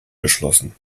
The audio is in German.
geschlossen